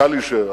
קלישר,